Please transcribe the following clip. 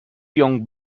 young